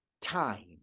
time